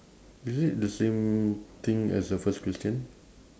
is it the same thing as the first question